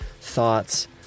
thoughts